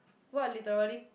what literally